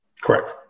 Correct